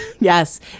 yes